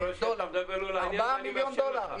אתה רואה שאתה מדבר לא לעניין ואני מקשיב לך.